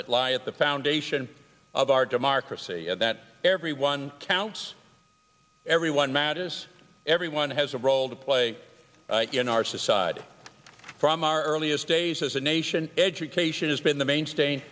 that lie at the foundation of our democracy that everyone counts everyone matters everyone has a role to play in our society from our earliest days as a nation education has been the mainstay